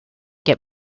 get